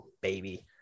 baby